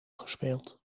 gespeeld